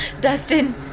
Dustin